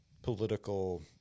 political